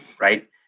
right